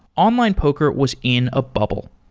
online poker was in a bubble.